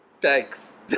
thanks